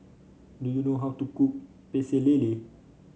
do you know how to cook Pecel Lele